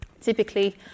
Typically